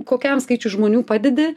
kokiam skaičiui žmonių padedi